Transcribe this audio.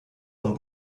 von